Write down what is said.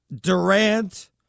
Durant